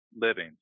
living